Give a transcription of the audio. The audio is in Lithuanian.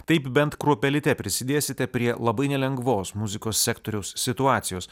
taip bent kruopelyte prisidėsite prie labai nelengvos muzikos sektoriaus situacijos